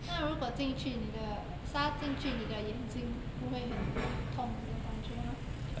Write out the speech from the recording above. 那如果进去你的沙进去你的眼睛不会很痛的感觉吗